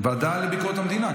הוועדה לביקורת המדינה.